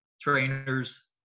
trainers